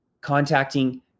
contacting